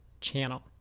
channel